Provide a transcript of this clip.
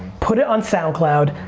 put it on soundcloud,